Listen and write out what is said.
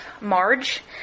Marge